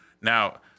Now